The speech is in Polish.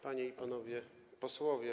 Panie i Panowie Posłowie!